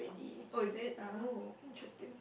oh is it oh interesting